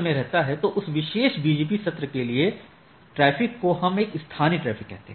में रहता है तो उस विशेष BGP सत्र के लिए ट्रैफ़िक को हम एक स्थानीय ट्रैफ़िक कहते हैं